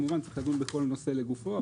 כמובן שצריך לדון בכל נושא לגופו.